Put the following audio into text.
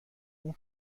اون